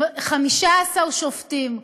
עם 15 שופטים.